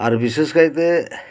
ᱟᱨ ᱵᱤᱥᱮᱥ ᱠᱟᱭᱛᱮ